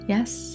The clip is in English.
Yes